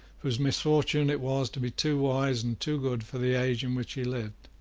whose misfortune it was to be too wise and too good for the age in which he lived.